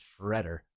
shredder